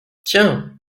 tiens